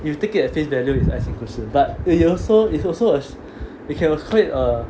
if you take it as face value is 爱情故事 but it's also it's also a you can call it a